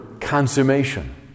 consummation